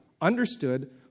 understood